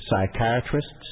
psychiatrists